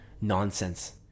nonsense